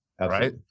right